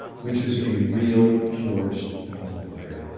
which is a real force multiplier.